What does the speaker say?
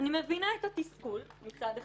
אני מבינה את התסכול מצד אחד,